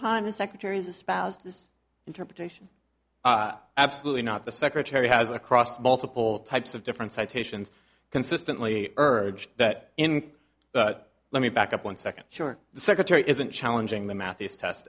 time the secretaries espoused this interpretation absolutely not the secretary has across multiple types of different citations consistently urged that in but let me back up one second sure the secretary isn't challenging the math this test